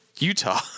Utah